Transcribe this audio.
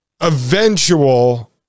eventual